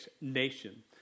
nation